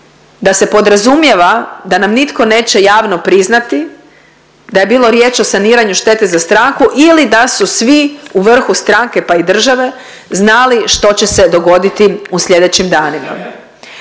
da se podrazumijeva da nam nitko neće javno priznati da je bilo riječ o saniranju štete za stranku ili da su svi u vrhu stranke pa i države znali što će se dogoditi u slijedećim danima.